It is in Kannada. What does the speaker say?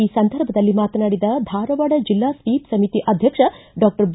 ಈ ಸಂದರ್ಭದಲ್ಲಿ ಮಾತನಾಡಿದ ಧಾರವಾಡ ಜಿಲ್ಲಾ ಸ್ವೀಪ್ ಸಮಿತಿ ಅಧ್ಯಕ್ಷ ಡಾಕ್ಟರ್ ಬಿ